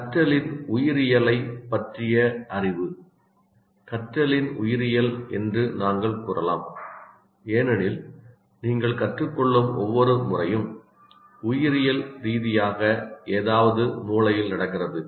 கற்றலின் உயிரியலைப் பற்றிய அறிவு கற்றலின் உயிரியல் என்று நாங்கள் கூறலாம் ஏனெனில் நீங்கள் கற்றுக் கொள்ளும் ஒவ்வொரு முறையும் உயிரியல் ரீதியாக ஏதாவது மூளையில் நடக்கிறது